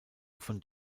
von